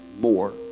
more